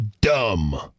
Dumb